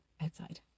outside